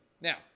Now